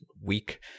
weak